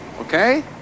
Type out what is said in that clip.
okay